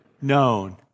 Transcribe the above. known